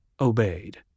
obeyed